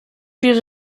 wäre